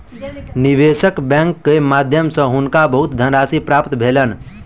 निवेशक बैंक के माध्यम सॅ हुनका बहुत धनराशि प्राप्त भेलैन